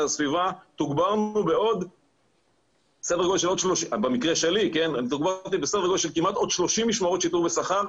הסביבה תוגברנו בסדר גודל של כמעט עוד 30 משמרות של שיטור בשכר,